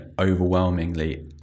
overwhelmingly